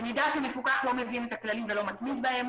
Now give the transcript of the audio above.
במידה ומפוקח לא מבין את הכללים ולא מתמיד בהם,